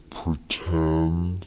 pretend